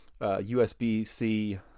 USB-C